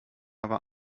aber